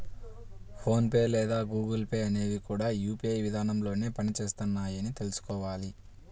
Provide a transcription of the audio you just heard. phone pay లేదా Google pay అనేవి కూడా యూ.పీ.ఐ విధానంలోనే పని చేస్తున్నాయని తెల్సుకోవాలి